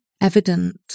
evident